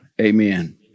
Amen